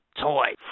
toy